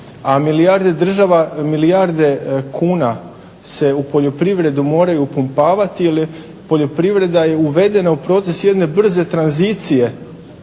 poljoprivrednika. A milijarde kuna se u poljoprivredu moraju upumpavati jer poljoprivreda je uvedena u proces jedne brze tranzicije